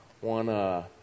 one